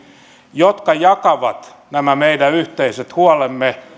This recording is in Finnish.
jotka jakavat nämä meidän yhteiset huolemme